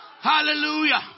hallelujah